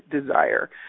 desire